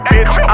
Bitch